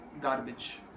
garbage